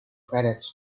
credits